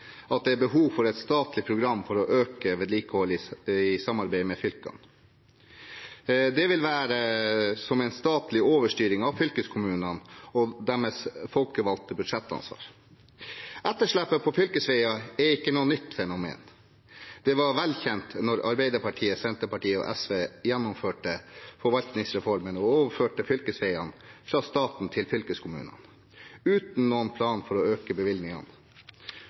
at det er behov for et statlig program for å øke vedlikeholdet i samarbeid med fylkene. Det vil være som en statlig overstyring av fylkeskommunene og deres folkevalgte budsjettansvar. Etterslepet på fylkesveier er ikke noe nytt fenomen. Det var vel kjent da Arbeiderpartiet, Senterpartiet og SV gjennomførte forvaltningsreformen og overførte fylkesveiene fra staten til fylkeskommunene uten noen plan for å øke bevilgningene